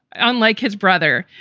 unlike his brother.